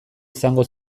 izango